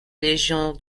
légion